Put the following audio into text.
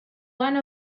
one